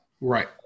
Right